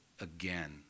again